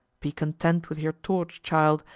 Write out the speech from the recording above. be content with your torch, child,